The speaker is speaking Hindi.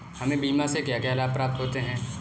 हमें बीमा से क्या क्या लाभ प्राप्त होते हैं?